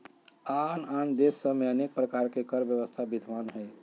आन आन देश सभ में अनेक प्रकार के कर व्यवस्था विद्यमान हइ